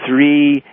three